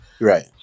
Right